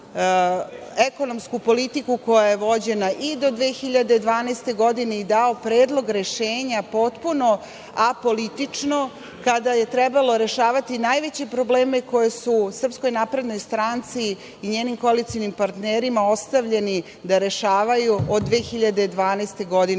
ekonomsku politiku koja je vođena i do 2012. godine i dao predlog rešenja potpuno apolitično kada je trebalo rešavati najveće probleme koje su SNS i njenim koalicionim partnerima ostavljeni da rešavaju od 2012. godine